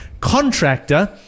contractor